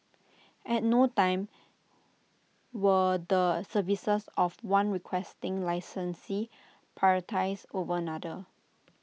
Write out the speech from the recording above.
at no time were the services of one Requesting Licensee prioritised over another